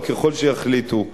אבל ככל שיחליטו החברים.